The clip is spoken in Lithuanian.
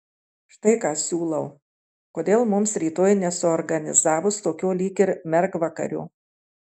štai ką siūlau kodėl mums rytoj nesuorganizavus tokio lyg ir mergvakario